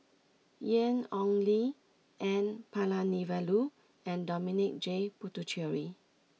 Ian Ong Li N Palanivelu and Dominic J Puthucheary